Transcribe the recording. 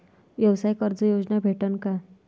व्यवसाय कर्ज योजना भेटेन का?